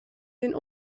den